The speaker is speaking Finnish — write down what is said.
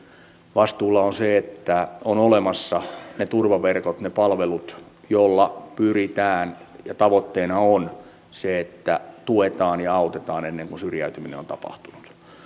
vastuulla on se että on olemassa ne turvaverkot ne palvelut joilla pyritään siihen ja tavoitteena on se että tuetaan ja autetaan ennen kuin syrjäytyminen on tapahtunut